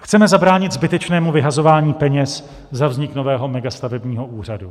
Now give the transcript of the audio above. Chceme zabránit zbytečnému vyhazování peněz za vznik nového megastavebního úřadu.